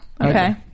okay